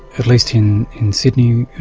at least in in sydney,